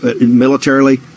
militarily